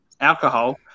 alcohol